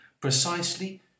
precisely